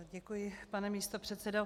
Děkuji, pane místopředsedo.